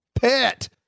pet